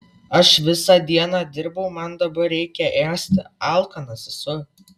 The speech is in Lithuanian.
aš visą dieną dirbau man dabar reikia ėsti alkanas esu